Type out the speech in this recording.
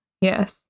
Yes